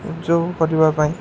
ଉଦ୍ଯୋଗ କରିବା ପାଇଁ